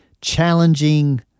challenging